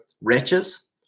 wretches